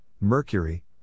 Mercury